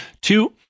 Two